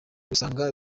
gusanga